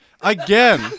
Again